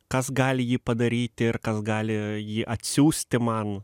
kas gali jį padaryti ir kas gali jį atsiųsti man